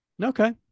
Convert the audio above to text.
okay